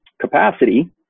capacity